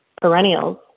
perennials